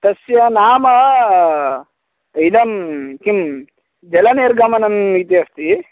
तस्य नाम इदं किं जलनिर्गमनम् इति अस्ति